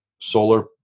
solar